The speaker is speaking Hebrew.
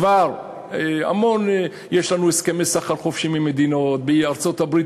כבר יש לנו הסכמי סחר חופשי עם מדינות בארצות-הברית,